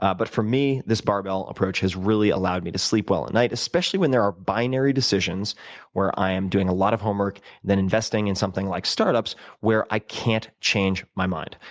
ah but for me, this barbell approach has really allowed me to sleep well at night, especially when there are binary decisions where i am doing a lot of homework, then investing in something like startups where i can't change my mind.